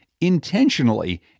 intentionally